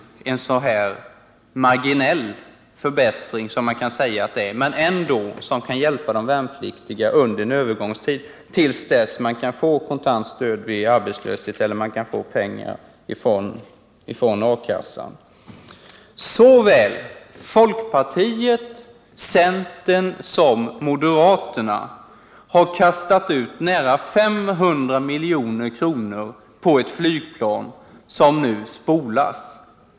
Det kan sägas vara en marginell förbättring, men den kan ändå hjälpa de värnpliktiga under en övergångstid, till dess de kan få det kontanta stödet vid arbetslöshet eller få pengar från A-kassan eller jobb. Såväl folkpartiet och centern som moderaterna har kastat ut nära 500 milj.kr. på ett flygplan som nu spolas.